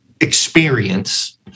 experience